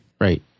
Right